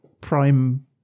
prime